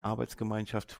arbeitsgemeinschaft